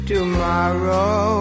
Tomorrow